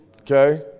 okay